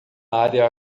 área